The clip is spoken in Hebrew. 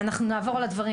אנחנו נעבור על הדברים.